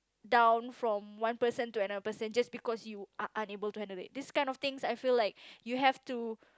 down from one person to another person just because you are unable to handle it this kind of things I feel like you have to